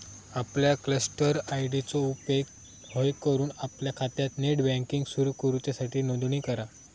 आपल्या cluster ID चो उपेग हय करून आपल्या खात्यात नेट बँकिंग सुरू करूच्यासाठी नोंदणी करा